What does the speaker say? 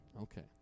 Okay